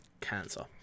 Cancer